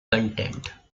content